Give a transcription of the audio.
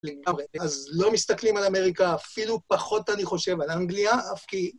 לגמרי. אז לא מסתכלים על אמריקה, אפילו פחות אני חושב על אנגליה, אף כי...